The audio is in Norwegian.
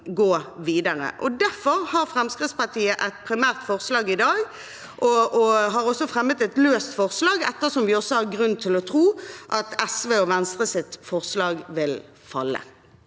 Derfor har Fremskrittspartiet et primært forslag i dag, og vi har også fremmet et løst forslag, ettersom vi har grunn til å tro at SV og Venstres forslag vil falle.